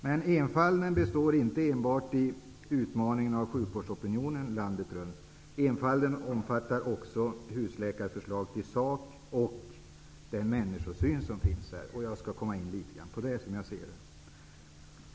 Men enfalden består inte enbart i utmaningen av sjukvårdsopinionen landet runt. Enfalden omfattar också husläkarförslaget i sak och den människosyn som det representerar. Jag skall något komma in på hur jag ser på det.